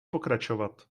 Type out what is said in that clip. pokračovat